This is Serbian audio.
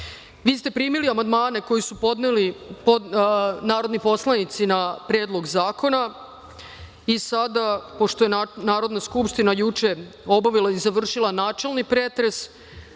ste primili amandmane koji su podneli narodni poslanici na Predlog zakona. Pošto je Narodna skupština juče obavila i završila načelni pretres,